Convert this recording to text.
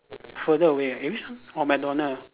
further away eh which one orh McDonald